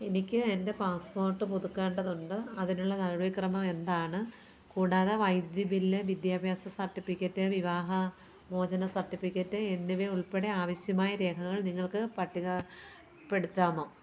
എനിക്ക് എൻ്റെ പാസ്പോർട്ട് പുതുക്കേണ്ടതുണ്ട് അതിനുള്ള നടപടിക്രമം എന്താണ് കൂടാതെ വൈദ്യുതി ബില്ല് വിദ്യാഭ്യാസ സർട്ടിഫിക്കറ്റ് വിവാഹമോചന സർട്ടിഫിക്കറ്റ് എന്നിവയുൾപ്പെടെ ആവശ്യമായ രേഖകൾ നിങ്ങൾക്ക് പട്ടിക പ്പെടുത്താമോ